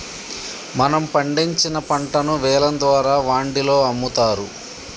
మనం పండించిన పంటను వేలం ద్వారా వాండిలో అమ్ముతారు